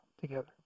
together